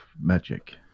magic